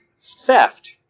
Theft